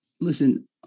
listen